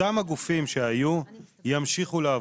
אותם הגופים שהיו ימשיכו לעבוד.